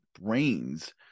brains